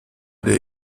der